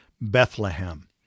Bethlehem